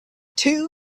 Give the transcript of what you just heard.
two